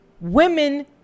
women